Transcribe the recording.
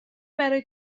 برای